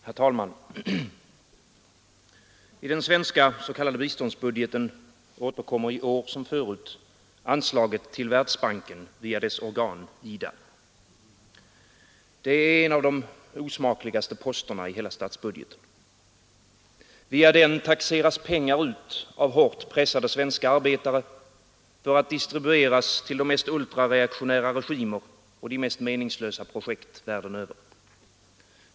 Herr talman! I den svenska s.k. biståndsbudgeten återkommer i år som förut anslaget till Världsbanken via dess organ IDA. Det är en av de osmakligaste posterna i hela statsbudgeten. Via den taxeras pengar ut av hårt pressade svenska arbetare för att distribueras till de mest ultrareaktionära regimer och de mest meningslösa projekt världen över.